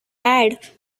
add